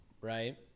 right